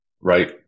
right